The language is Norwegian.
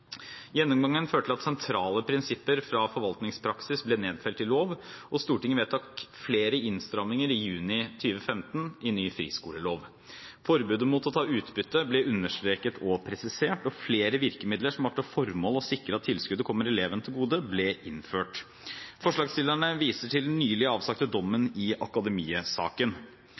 Gjennomgangen førte til at sentrale prinsipper fra forvaltningspraksis ble nedfelt i lov, og Stortinget vedtok flere innstramninger i juni 2015 i ny friskolelov. Forbudet mot å ta ut utbytte ble understreket og presisert, og flere virkemidler som har til formål å sikre at tilskuddet kommer elevene til gode, ble innført. Forslagsstillerne viser til den nylig avsagte dommen i